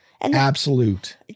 Absolute